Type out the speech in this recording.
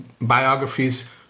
biographies